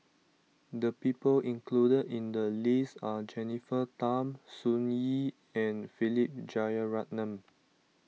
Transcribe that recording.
the people included in the list are Jennifer Tham Sun Yee and Philip Jeyaretnam